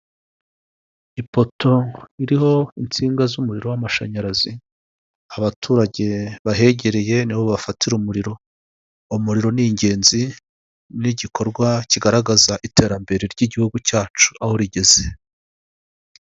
Ipoto iriho insinga z'umuriro w'amashanyarazi abaturage bahegereye nibo bafatira umuriro umuriro ni ingenzi nigikorwa kigaragaza iterambere ry'igihugu cyacu aho rigeze.